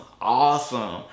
awesome